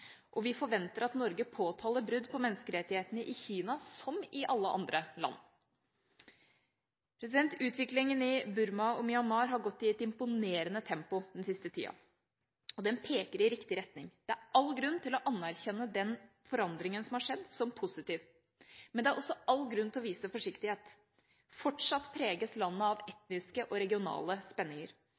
og vi forventer at Norge påtaler brudd på menneskerettighetene i Kina som i alle andre land. Utviklingen i Burma/Myanmar har gått i et imponerende tempo den siste tida, og den peker i riktig retning. Det er all grunn til å anerkjenne den forandringen som har skjedd, som positiv. Men det er også all grunn til å vise forsiktighet. Fortsatt preges landet av etniske og regionale spenninger.